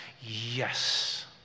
yes